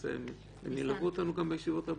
הם ילוו אותנו גם בישיבות הבאות.